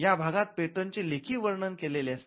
या भागात पेटंट चे लेखी वर्णन केलेले असते